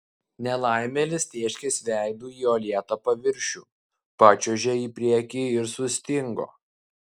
nelaimėlis tėškės veidu į uolėtą paviršių pačiuožė į priekį ir sustingo